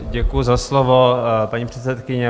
Děkuju za slovo, paní předsedkyně.